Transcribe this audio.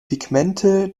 pigmente